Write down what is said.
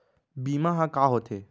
बीमा ह का होथे?